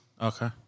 Okay